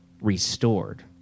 restored